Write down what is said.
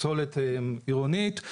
פסולת עירונית,